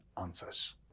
answers